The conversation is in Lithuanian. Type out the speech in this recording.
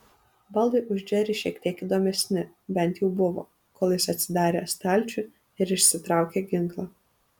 baldai už džerį šiek tiek įdomesni bent jau buvo kol jis atsidarė stalčių ir išsitraukė ginklą